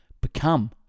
Become